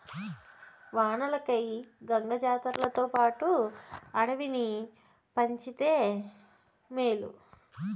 వానలకై గంగ జాతర్లతోపాటు అడవిని పంచితే మేలు